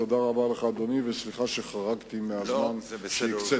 תודה רבה לך, אדוני, וסליחה שחרגתי מהזמן שהקצית.